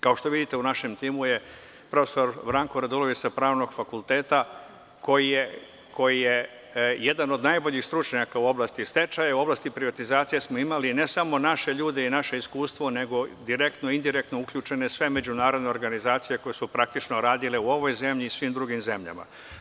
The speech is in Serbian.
Kao što vidite, u našem timu je profesor Branko Radulović sa Pravnog fakulteta koji je jedan od najboljih stručnjaka u oblasti stečaja, u oblasti privatizacije smo imali ne samo naše ljude i naše iskustvo nego direktno i indirektno uključene sve međunarodne organizacije koje su praktično radile u ovoj zemlji i u svim drugim zemljama.